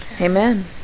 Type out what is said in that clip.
amen